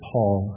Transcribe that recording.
Paul